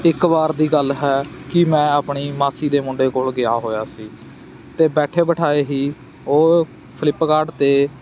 ਇੱਕ ਵਾਰ ਦੀ ਗੱਲ ਹੈ ਕਿ ਮੈਂ ਆਪਣੀ ਮਾਸੀ ਦੇ ਮੁੰਡੇ ਕੋਲ ਗਿਆ ਹੋਇਆ ਸੀ ਅਤੇ ਬੈਠੇ ਬਿਠਾਏ ਹੀ ਉਹ ਫਲਿੱਪਕਾਰਟ 'ਤੇ